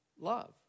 love